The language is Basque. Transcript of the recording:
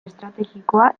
estrategikoa